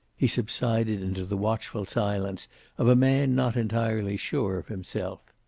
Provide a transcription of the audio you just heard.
he subsided into the watchful silence of a man not entirely sure of himself.